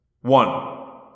One